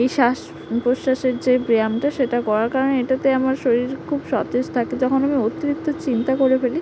এই শ্বাস প্রশ্বাসের যে ব্যায়ামটা সেটা করার কারণ এটাতে আমার শরীর খুব সতেজ থাকে যখন আমি অতিরিক্ত চিন্তা করে ফেলি